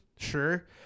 sure